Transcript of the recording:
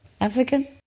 African